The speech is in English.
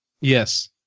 Yes